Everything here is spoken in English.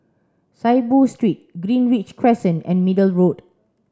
Saiboo Street Greenridge Crescent and Middle Road